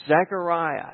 Zechariah